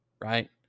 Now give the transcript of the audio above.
right